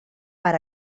per